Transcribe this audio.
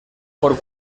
por